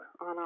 on